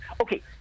Okay